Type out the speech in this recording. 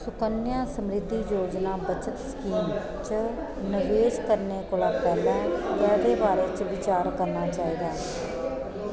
सुकन्या समृद्धि योजना बचत स्कीम च नवेश करने कोला पैह्लें कैह्दे बारे च बिचार करना चाहिदा ऐ